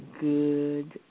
good